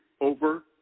over